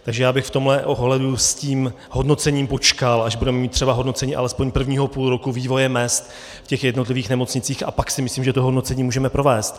Takže já bych v tomhle ohledu s tím hodnocením počkal, až budeme mít třeba hodnocení alespoň prvního půlroku vývoje mezd v těch jednotlivých nemocnicích, a pak si myslím, že to hodnocení můžeme provést.